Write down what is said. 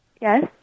Yes